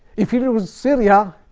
if you lose syria,